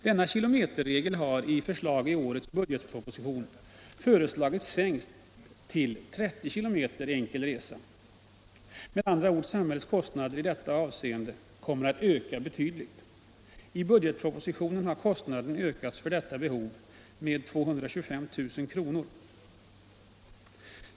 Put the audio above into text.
Denna kilometerregel har i årets budgetproposition föreslagits bli sänkt till 30 km enkel resa. Därigenom kommer samhällets kostnader i detta avseende att öka betydligt. I budgetpropositionen har beloppet för detta ändamål ökats med 225 000 kr.